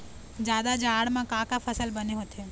जादा जाड़ा म का का फसल बने होथे?